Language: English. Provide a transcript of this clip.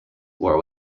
were